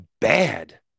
bad